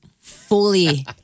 fully